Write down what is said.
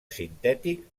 sintètic